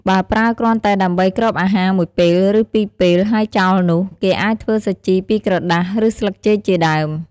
បើប្រើគ្រាន់តែដើម្បីគ្របអាហារមួយពេលឬពីរពេលហើយចោលនោះ គេអាចធ្វើសាជីពីក្រដាសឬស្លឹកចេកជាដើម។